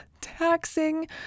taxing